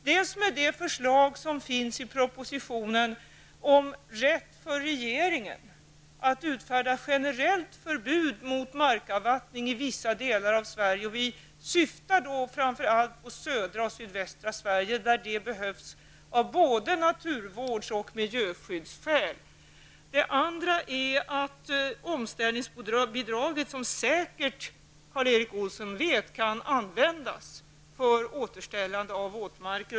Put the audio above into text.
Dels gör vi det med det förslag som finns i propositionen om rätt för regeringen att utfärda generellt förbud mot markavvattning i vissa delar av Sverige, framför allt i södra och sydvästra Sverige, där det behövs av både naturvårds och miljöskyddsskäl. Dels gör vi det genom att omställningsbidraget, som Karl Erik Olsson säkert vet, kan användas för återställande av våtmarker.